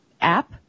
app